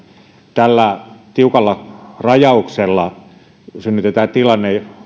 tällä tiukalla rajauksella synnytetään tilanne